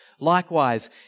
Likewise